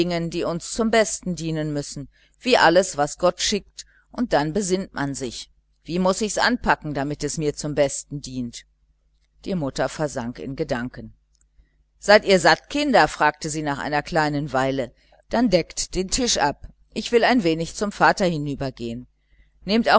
die uns zum besten dienen müssen wie alles was gott schickt und dann besinnt man sich wie muß ich's anpacken damit es mir zum besten dient die mutter versank in gedanken seid ihr satt kinder fragte sie nach einer kleinen weile dann deckt den tisch ab ich will ein wenig zum vater hinübergehen nehmt